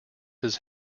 his